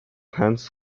hans